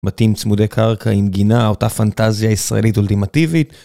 בתים צמודי קרקע עם גינה, אותה פנטזיה הישראלית האולטימטיבית.